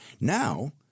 now